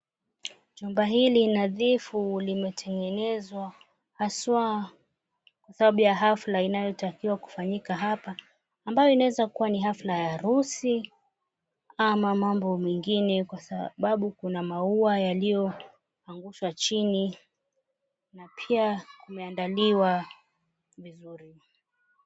Jumba hili nadhifu limetengenezwa haswa kwa sababu ya hafla inayotakiwa kufanyika hapa, ambayo inaweza kuwa ni hafla ya harusi ama mambo mengine, kwa sababu kuna maua yaliyoangushwa chini na pia kumeandaliwa vizuri.